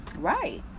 Right